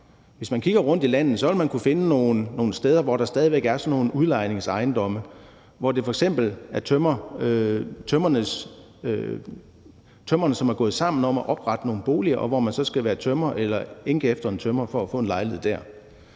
Hvis man kigger rundt i landet, vil man kunne finde nogle steder, hvor der stadig væk er sådan nogle udlejningsejendomme, hvor det f.eks. er tømrere, som er gået sammen om at oprette nogle boliger, og hvor man så skal være tømrer eller enke efter en tømrer for at få en lejlighed der.